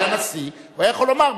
הוא היה נשיא והוא היה יכול לומר: